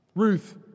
Ruth